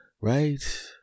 Right